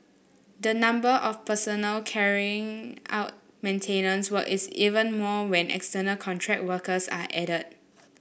the number of personnel carrying out maintenance work is even more when external contract workers are added